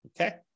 Okay